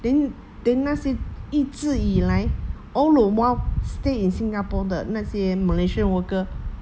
then then 那些一直以来 all the while stay in singapore 的那些 malaysian worker